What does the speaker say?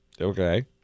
okay